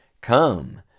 Come